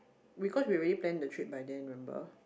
because we already plan the trip by then remember